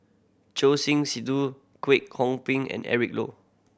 Choor Singh Sidhu Kwek Hong Png and Eric Low